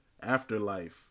afterlife